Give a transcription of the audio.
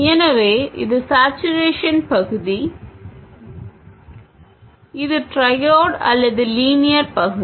எனவே இது சேட்சுரேஷன் பகுதி இது ட்ரையோட் அல்லது லீனியர் பகுதி